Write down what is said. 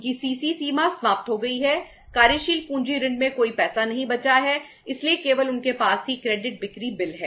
उनकी सीसी बिक्री बिल है